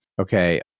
okay